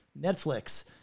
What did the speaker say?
Netflix